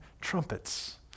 trumpets